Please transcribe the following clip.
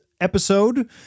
episode